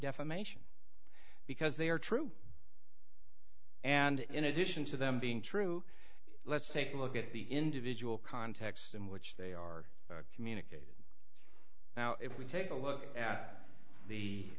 defamation because they are true and in addition to them being true let's take a look at the individual contexts in which they are communicated now if we take a look at